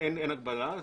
אין הגבלה.